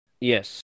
Yes